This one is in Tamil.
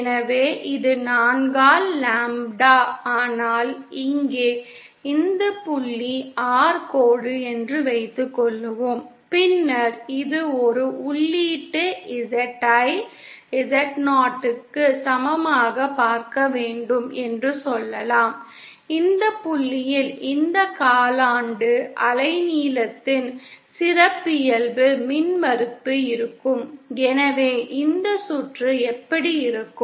எனவே இது 4 ஆல் லாம்ப்டா ஆனால் இங்கே இந்த புள்ளி R கோடு என்று வைத்துக்கொள்வோம் பின்னர் இது ஒரு உள்ளீட்டு Z ஐ Z 0 க்கு சமமாக பார்க்க வேண்டும் என்று சொல்லலாம் இந்த புள்ளியில் இந்த காலாண்டு அலைநீளத்தின் சிறப்பியல்பு மின்மறுப்பு இருக்கும் எனவே இந்த சுற்று எப்படி இருக்கும்